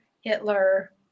Hitler